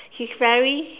she's very